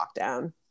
lockdown